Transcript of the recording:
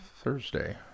thursday